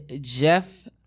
Jeff